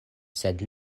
sed